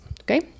okay